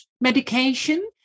medication